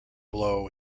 blow